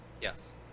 Yes